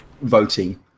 voting